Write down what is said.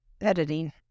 editing